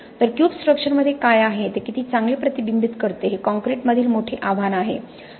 तर क्यूब स्ट्रक्चरमध्ये काय आहे ते किती चांगले प्रतिबिंबित करते हे कॉंक्रिटमधील मोठे आव्हान आहे